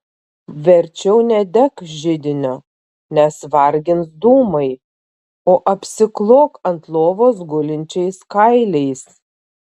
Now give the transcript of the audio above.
verčiau nedek židinio nes vargins dūmai o apsiklok ant lovos gulinčiais kailiais